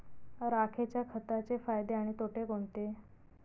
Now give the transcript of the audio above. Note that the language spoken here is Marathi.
राखेच्या खताचे फायदे आणि तोटे कोणते?